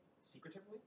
secretively